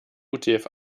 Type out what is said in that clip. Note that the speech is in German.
utf